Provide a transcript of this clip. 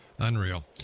Unreal